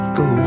go